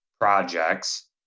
projects